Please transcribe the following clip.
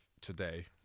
today